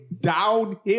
downhill